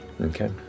Okay